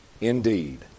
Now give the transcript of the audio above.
indeed